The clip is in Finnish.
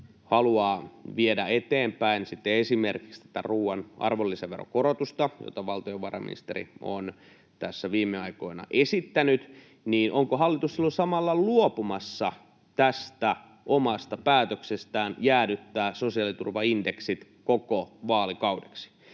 haluaa viedä eteenpäin sitten esimerkiksi tätä ruuan arvonlisäveron korotusta, jota valtiovarainministeri on tässä viime aikoina esittänyt, niin onko hallitus silloin samalla luopumassa tästä omasta päätöksestään jäädyttää sosiaaliturvaindeksit koko vaalikaudeksi.